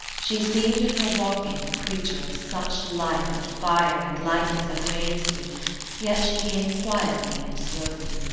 she seemed in her walking a creature of such life and fire and lightness as amazed me yet she came quietly and slowly.